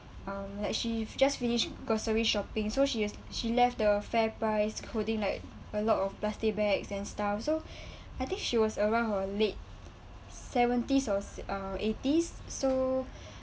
um like she just finished grocery shopping so she has she left the fairprice holding like a lot of plastic bags and stuff so I think she was around her late seventies or s~ uh eighties so